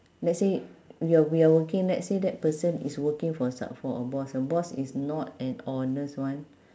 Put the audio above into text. let's say you're we are working let's say that person is working for so~ for a boss boss ah is not an honest one